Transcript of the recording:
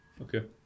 okay